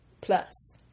plus